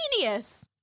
genius